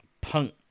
Punk